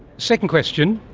second question,